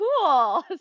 cool